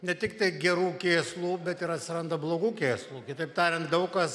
ne tiktai gerų kėslų bet ir atsiranda blogų kėslų kitaip tariant daug kas